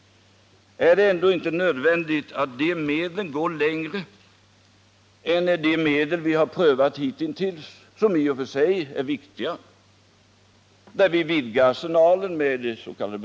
Är det ändå inte nödvändigt att dessa medel går längre än de vi har prövat hitintills, vilka i och för sig är viktiga och där vi vidgar arsenalen med dets.k.